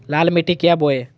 लाल मिट्टी क्या बोए?